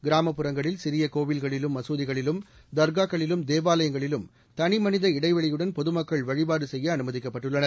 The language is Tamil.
கிராமப்புறங்களில் சிறியகோவில்களிலும் மகுதிகளிலும் தர்காக்களிலும் தேவாலயங்களிலும் தனிமனித இடைவெளியுடன் பொதுமக்கள் வழிபாடுசெய்யஅனுமதிக்கப்பட்டுள்ளனர்